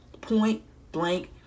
point-blank